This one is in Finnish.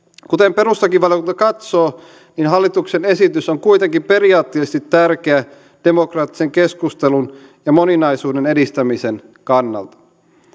kuten perustuslakivaliokunta katsoo niin hallituksen esitys on kuitenkin periaatteellisesti tärkeä demokraattisen keskustelun ja moninaisuuden edistämisen kannalta